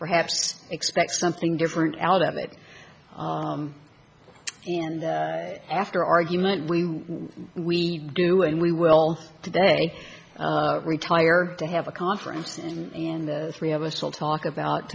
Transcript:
perhaps expect something different out of it and after argument we we do and we will today retire to have a conference in the three of us will talk about